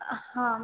हां